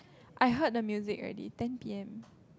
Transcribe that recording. I heard the music already ten p_m